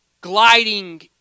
Gliding